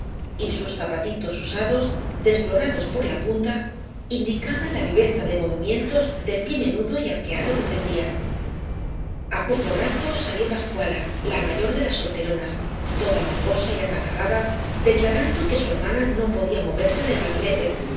y sus zapatitos usados desflorados por la punta indicaban la viveza de movimientos del pié menudo y arqueado que prendían a poco rato salió pascuala la mayor de las solteronas toda mocosa y acatarrada declarando que su hermana no podía moverse del gabinete